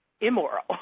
immoral